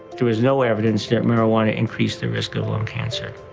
there was no evidence that marijuana increased the risk of lung cancer.